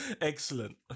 Excellent